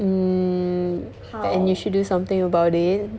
mm you should do something about it